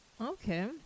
Okay